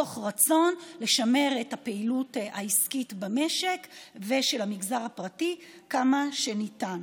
מתוך רצון לשמר את הפעילות העסקית במשק ושל המגזר הפרטי כמה שניתן.